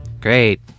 Great